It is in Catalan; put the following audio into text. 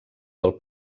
del